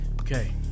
Okay